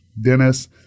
Dennis